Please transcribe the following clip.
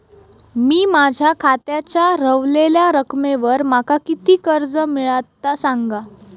मी माझ्या खात्याच्या ऱ्हवलेल्या रकमेवर माका किती कर्ज मिळात ता सांगा?